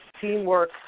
teamwork